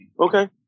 Okay